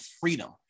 freedom